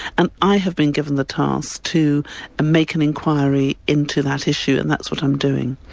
and i have been given the task to make an inquiry into that issue, and that's what i'm doing.